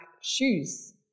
shoes